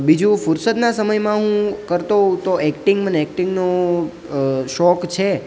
બીજું ફુરસદના સમયમાં હું કરતો હોઉં તો એક્ટિંગ એક્ટિંગનો શોખ છે